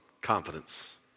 confidence